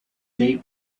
date